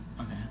Okay